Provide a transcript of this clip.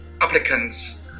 applicants